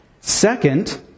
Second